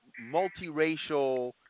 multiracial